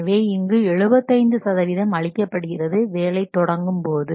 எனவே இங்கு 75 சதவீதம் அளிக்கப்படுகிறது வேலை தொடங்கும் போது